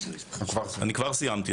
אני כבר סיימתי.